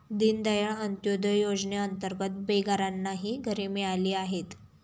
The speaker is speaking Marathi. दीनदयाळ अंत्योदय योजनेअंतर्गत बेघरांनाही घरे मिळाली आहेत